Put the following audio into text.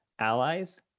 allies